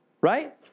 Right